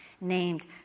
named